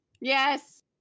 yes